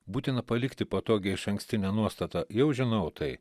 būtina palikti patogią išankstinę nuostatą jau žinau tai